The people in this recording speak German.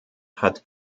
hat